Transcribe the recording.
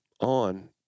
on